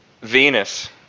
Venus